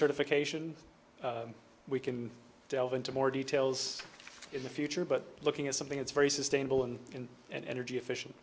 certification we can delve into more details in the future but looking at something it's very sustainable and in an energy efficient